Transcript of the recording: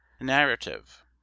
Narrative